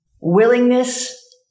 willingness